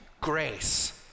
grace